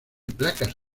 placas